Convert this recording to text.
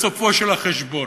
בסופו של החשבון,